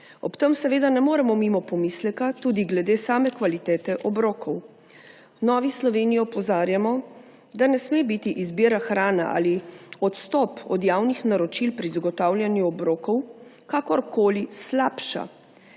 Ob tem ne moremo mimo pomisleka tudi glede same kvalitete obrokov. V Novi Sloveniji opozarjamo, da ne sme biti izbira hrane ali odstop od javnih naročil pri zagotavljanju obrokov kakorkoli slabša,